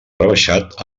rebaixat